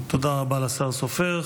תודה רבה לשר סופר.